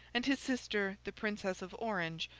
and his sister the princess of orange,